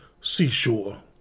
seashore